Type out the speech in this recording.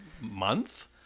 month